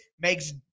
makes